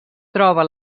troba